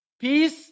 Peace